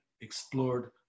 explored